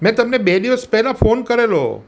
મેં તમને બે દિવસ પહેલાં ફોન કરેલો